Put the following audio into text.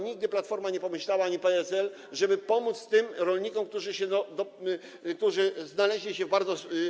Nigdy Platforma nie pomyślała ani PSL, żeby pomóc tym rolnikom, którzy się znaleźli w bardzo.